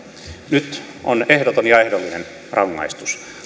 nyt on ehdoton ja ehdollinen rangaistus